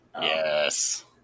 Yes